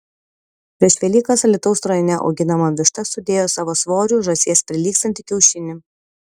prieš velykas alytaus rajone auginama višta sudėjo savo svoriu žąsies prilygstantį kiaušinį